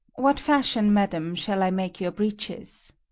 what fashion, madam, shall i make your breeches?